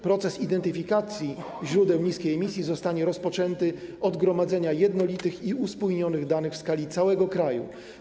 Proces identyfikacji źródeł niskiej emisji zostanie rozpoczęty od gromadzenia jednolitych i uspójnionych danych w skali całego kraju.